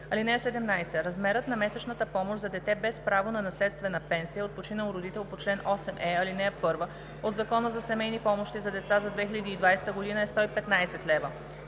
лв. (17) Размерът на месечната помощ за дете без право на наследствена пенсия от починал родител по чл. 8е, ал. 1 от Закона за семейни помощи за деца за 2020 г. е 115 лв.